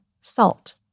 salt